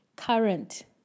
current